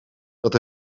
dat